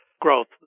growth